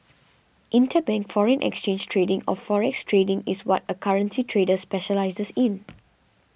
interbank foreign exchange trading or forex trading is what a currency trader specialises in